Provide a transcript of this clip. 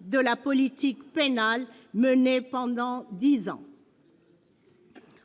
de la politique pénale menée pendant dix ans ?